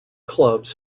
clubs